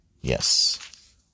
Yes